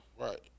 Right